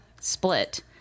split